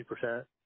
percent